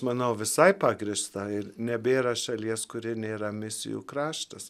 manau visai pagrįsta ir nebėra šalies kuri nėra misijų kraštas